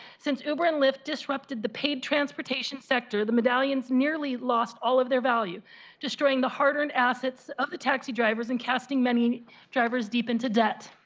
since uber and lyft disrupted the paid transportation sector that medallions nearly lost all of their value destroying the hard-earned assets of the taxi drivers and casting many drivers deep into debt.